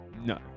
No